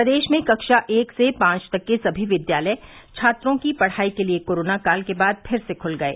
प्रदेश में कक्षा एक से पांच तक के सभी विद्यालय छात्रों की पढ़ाई के लिये कोरोना काल के बाद फिर से खुल गये